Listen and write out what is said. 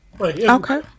Okay